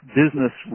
business